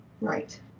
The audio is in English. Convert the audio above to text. Right